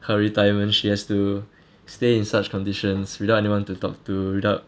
her retirement she has to stay in such conditions without anyone to talk to without